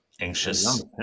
Anxious